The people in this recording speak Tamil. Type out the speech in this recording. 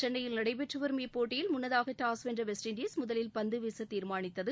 சென்னையில் நடைபெற்று வரும் இப்போட்டியில் முன்னதாக டாஸ் வென்ற வெஸ்ட் இண்டஸ் முதலில் பந்து வீச தீர்மானித்தது